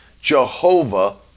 Jehovah